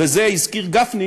ואת זה הזכיר גפני,